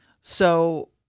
So-